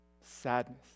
sadness